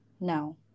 No